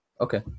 Okay